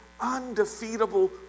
undefeatable